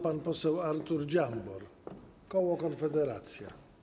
Pan poseł Artur Dziambor, koło Konfederacja.